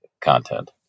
content